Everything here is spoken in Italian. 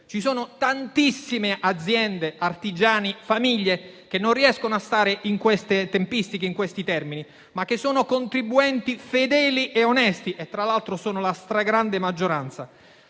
Ci sono tantissimi tra aziende, artigiani e famiglie che non riescono a stare in queste tempistiche, in questi termini, ma che sono contribuenti fedeli e onesti (che, tra l'altro, sono la stragrande maggioranza),